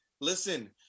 listen